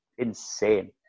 insane